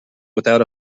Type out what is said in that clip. without